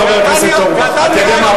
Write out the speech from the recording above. חבר הכנסת אורבך.